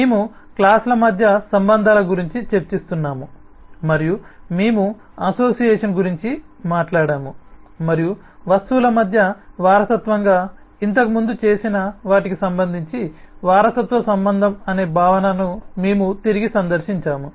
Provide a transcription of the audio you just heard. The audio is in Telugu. మేము క్లాస్ ల మధ్య సంబంధాల గురించి చర్చిస్తున్నాము మరియు మేము అసోసియేషన్ గురించి మాట్లాడాము మరియు వస్తువుల మధ్య వారసత్వంగా ఇంతకుముందు చేసిన వాటికి సంబంధించి వారసత్వ సంబంధం అనే భావనను మేము తిరిగి సందర్శించాము